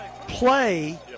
play